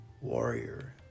warrior